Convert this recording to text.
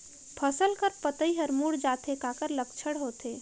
फसल कर पतइ हर मुड़ जाथे काकर लक्षण होथे?